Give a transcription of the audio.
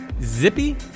Zippy